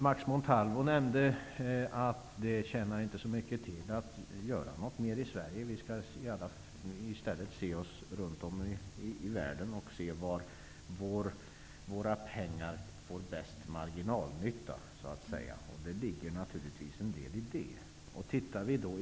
Montalvo nämnde t.ex. att det inte tjänar mycket till att göra så mycket mer i Sverige, utan vi skall i stället se oss omkring i världen för att ta reda på var våra pengar kan göra den bästa marginalnyttan. Det ligger naturligtvis en del i det.